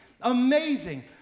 Amazing